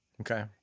Okay